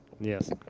Yes